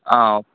okay